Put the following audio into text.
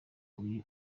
uyu